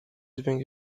dźwięk